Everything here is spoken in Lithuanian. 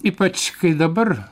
ypač kai dabar